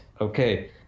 okay